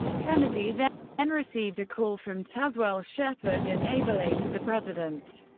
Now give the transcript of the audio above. kennedy then and received a call from tazewell shepard, a naval aide to the president,